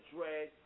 Dread